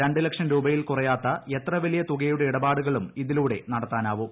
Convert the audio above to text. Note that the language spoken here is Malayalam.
രണ്ട് ലക്ഷം രൂപയിൽ കുറയാത്ത എത്ര വലിയ തുകയുടെ ഇടപാടുകളും ഇതിലൂടെ നടത്താനാവും